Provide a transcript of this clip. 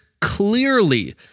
clearly